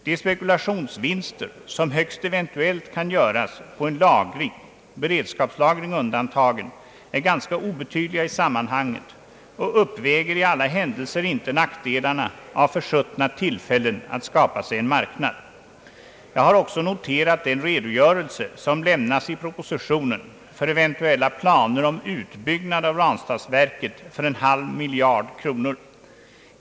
De spekulationsvinster, som högst eventuellt kan göras på en lagring — beredskapslagring undantagen — är ganska obetydliga i sammanhanget och uppväger i alla händelser icke nackdelarna av försuttna tillfällen att skapa sig en marknad. Jag har också noterat den redogörelse, som lämnats i propositionen för eventuella planer om utbyggnad av Ranstadsverket för en halv miljard kronor.